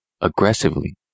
aggressively